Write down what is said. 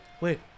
wait